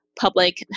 public